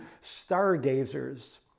stargazers